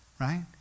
right